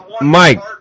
Mike